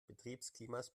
betriebsklimas